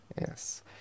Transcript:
Yes